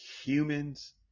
humans